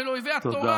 תודה.